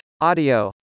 Audio